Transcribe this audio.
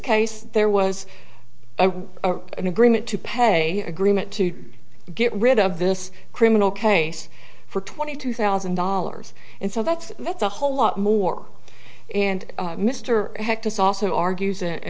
case there was an agreement to pay agreement to get rid of this criminal case for twenty two thousand dollars and so that's that's a whole lot more and mr hecht is also argues and